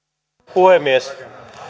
puhemies